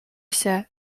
się